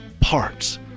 parts